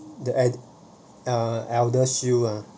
the ad~ uh ElderShield ah